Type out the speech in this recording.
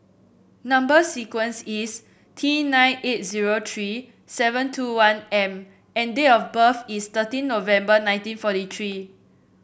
number sequence is T nine eight zero tree seven two one M and date of birth is thirteen November nineteen forty tree